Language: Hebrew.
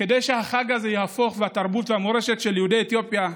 כדי שהתרבות והמורשת של יהודי אתיופיה,